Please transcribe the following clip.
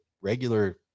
regular